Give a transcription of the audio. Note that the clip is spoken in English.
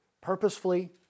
purposefully